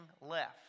left